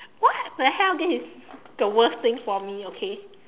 what the hell this is the worst thing for me okay